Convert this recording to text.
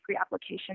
application